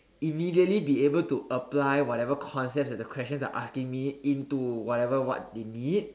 immediately be able to apply whatever concepts that the questions are asking me into whatever what they need